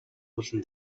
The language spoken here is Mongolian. болон